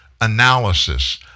analysis